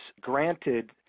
granted